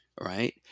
right